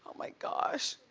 my gosh,